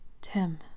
Tim